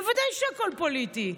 בוודאי שהכול פוליטי.